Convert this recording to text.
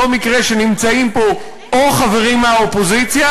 אין זה מקרה שנמצאים פה או חברים מהאופוזיציה